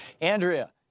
Andrea